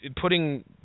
putting